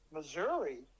Missouri